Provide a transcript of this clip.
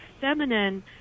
feminine